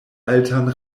altan